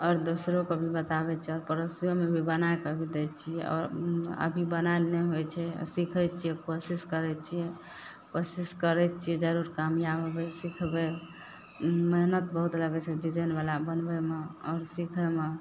आओर दोसरोके भी बताबय छियै पड़ोसीओमे भी बनायके भी दै छियै आओर अभी बनायल नहि होइ छै सीखय छियै कोशिश करय छियै कोशिश करय छियै जरूर कामयाब हेबय सीखबय मेहनत बहुत लगय छै डिजाइनवला बनबयमे आओर सीखयमे